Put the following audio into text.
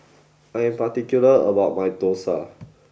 I am particular about my Dosa